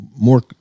more